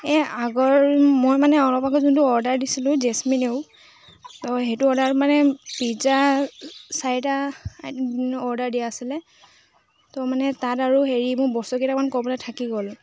এই আগৰ মই মানে অলপ আকৌ যোনটো অৰ্ডাৰ দিছিলোঁ জেচমিনেও ত' সেইটো অৰ্ডাৰ মানে পিজ্জা চাৰিটা অৰ্ডাৰ দিয়া আছিলে তো মানে তাত আৰু হেৰি মোৰ বস্তু কেইটামান ক'বলে থাকি গ'ল